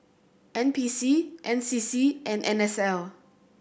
N P C N C C and N S L